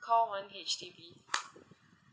call one H_D_B